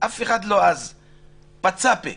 לא פצה פה אז.